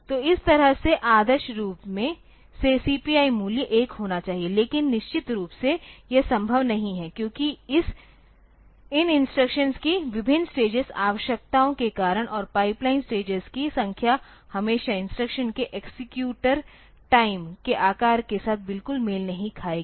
तो इस तरह से आदर्श रूप से CPI मूल्य 1 होना चाहिए लेकिन निश्चित रूप से यह संभव नहीं है क्योंकि इन इंस्ट्रक्शंस की विभिन्न स्टेजेस आवश्यकताओं के कारण और पाइपलाइन स्टेजेस की संख्या हमेशा इंस्ट्रक्शन के एक्सेक्यूटर टाइम के आकार के साथ बिल्कुल मेल नहीं खाएगी